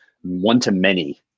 one-to-many